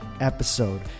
Episode